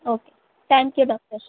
okay thank you doctor